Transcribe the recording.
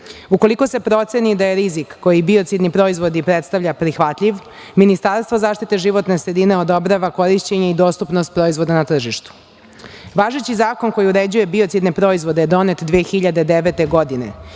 Ukoliko se proceni da je rizik koji biocidni proizvod predstavlja prihvatljiv, Ministarstvo zaštite životne sredine odobrava korišćenje i dostupnost proizvoda na tržištu. Važeći zakon koji uređuje biocidne proizvode je donet 2009. godine